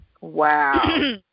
Wow